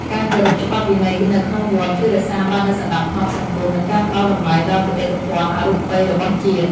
ការគោរពច្បាប់វិន័យនៅក្នុងវត្ត ជួយរក្សាបាននូវសណ្តាប់ធ្នាប់សង្គម និងការផ្តល់តម្លៃដល់បេតិកភណ្ឌអរូបីរបស់ជាតិ។